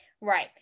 Right